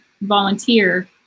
volunteer